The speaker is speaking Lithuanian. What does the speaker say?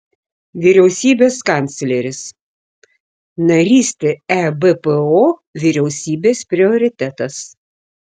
vyriausybės kancleris narystė ebpo vyriausybės prioritetas